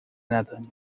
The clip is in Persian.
ندانید